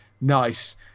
nice